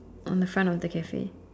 on the front of the Cafe